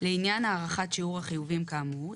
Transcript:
לעניין הערכת שיעור החיובים כאמור,